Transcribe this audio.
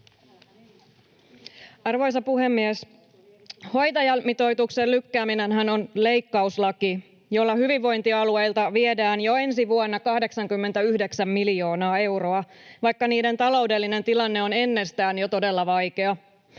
Arvoisa puhemies! Hoitajamitoituksen lykkääminenhän on leikkauslaki, jolla hyvinvointialueilta viedään jo ensi vuonna 89 miljoonaa euroa, vaikka niiden taloudellinen tilanne on ennestään jo todella vaikea.